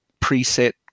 preset